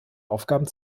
aufgaben